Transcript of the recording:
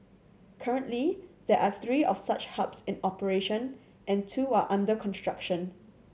currently there are three of such hubs in operation and two are under construction